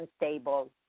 unstable